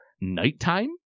nighttime